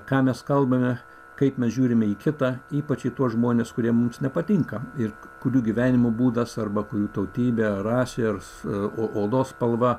ką mes kalbame kaip mes žiūrime į kitą ypač į tuos žmones kurie mums nepatinka ir kurių gyvenimo būdas arba kurių tautybė rasė ar odos spalva